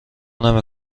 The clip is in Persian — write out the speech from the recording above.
نمی